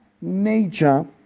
nature